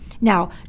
Now